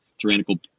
tyrannical